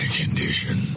condition